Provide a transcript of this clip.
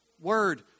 word